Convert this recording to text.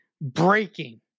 breaking